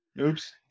Oops